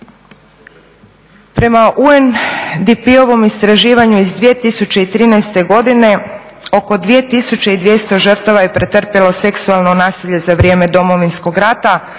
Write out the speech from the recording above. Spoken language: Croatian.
Prema UNDP-ovom istraživanju iz 2013. godine oko 2200 žrtava je pretrpjelo seksualno nasilje za vrijeme Domovinskog rata,